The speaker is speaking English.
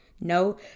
No